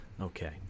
Okay